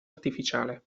artificiale